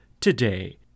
today